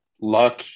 Luck